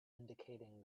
indicating